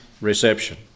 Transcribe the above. reception